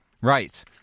Right